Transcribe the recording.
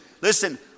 Listen